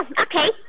okay